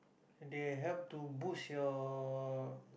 they help to boost your